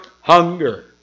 hunger